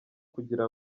kugira